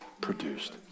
produced